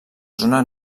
zona